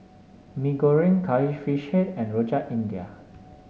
Mee Goreng Curry Fish Head and Rojak India